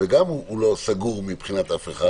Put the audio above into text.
וגם הוא לא סגור מבחינת אף אחד,